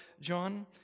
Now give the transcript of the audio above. John